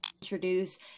Introduce